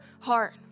heart